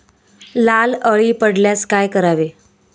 लाल अळी पडल्यास काय करावे?